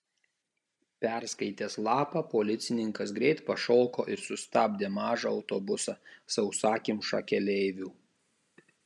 perskaitęs lapą policininkas greit pašoko ir sustabdė mažą autobusą sausakimšą keleivių